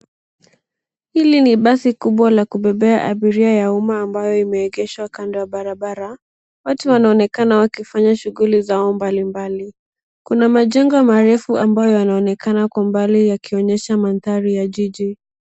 Hili ni basi kubwa la kubeba abiria ya umma ambayo imeegeshwa kando ya barabara. Watu wanaonekana wakifanya shughuli zao mbalimbali. Kuna majengo marefu ambayo yanaonekana kwa mbali yakionyesha mandhari ya jiji.